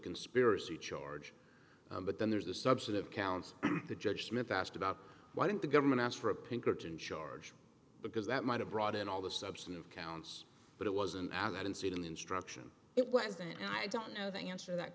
conspiracy charge but then there's the substantive counts the judge smith asked about why didn't the government ask for a pinkerton charge because that might have brought in all the substantive counts but it wasn't i don't see the instruction it was and i don't know the answer that